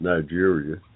Nigeria